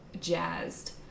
jazzed